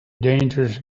dangerous